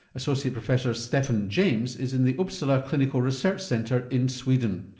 associate professor stefan james is in the uppsala clinical research centre in sweden.